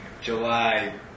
July